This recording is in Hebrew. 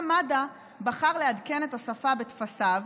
גם מד"א בחר לעדכן את השפה בטפסיו,